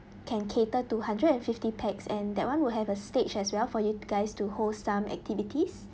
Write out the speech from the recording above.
can cater two hundred and fifty pax and that one will have a stage as well for you guys to hold some activities